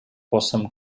possum